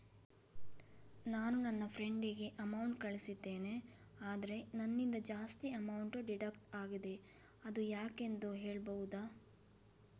ನಾನು ನನ್ನ ಫ್ರೆಂಡ್ ಗೆ ಅಮೌಂಟ್ ಕಳ್ಸಿದ್ದೇನೆ ಆದ್ರೆ ನನ್ನಿಂದ ಜಾಸ್ತಿ ಅಮೌಂಟ್ ಡಿಡಕ್ಟ್ ಆಗಿದೆ ಅದು ಯಾಕೆಂದು ಹೇಳ್ಬಹುದಾ?